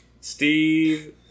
Steve